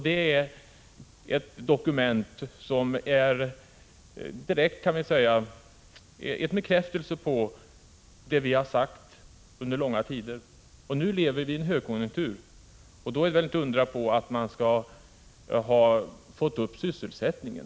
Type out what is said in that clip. Det är ett dokument som är en bekräftelse på vad vi har sagt under långa tider. Nu lever vi i en högkonjunktur, och då är det väl inte att undra på att man har fått upp sysselsättningen.